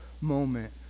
moment